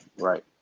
Right